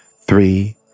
three